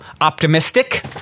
optimistic